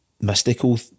mystical